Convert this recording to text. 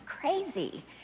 crazy